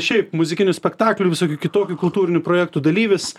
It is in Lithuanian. šiaip muzikinių spektaklių visokių kitokių kultūrinių projektų dalyvis